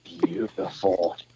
Beautiful